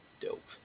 dope